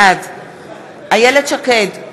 בעד איילת שקד,